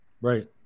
Right